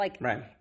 Right